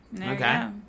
Okay